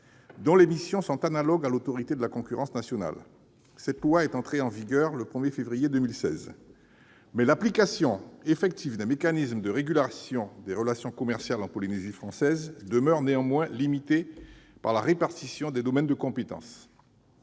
dont les missions sont analogues à celles de l'Autorité de la concurrence nationale. Cette loi est entrée en vigueur le 1février 2016, mais l'application effective des mécanismes de régulation des relations commerciales en Polynésie française demeure limitée du fait de la répartition des domaines de compétence.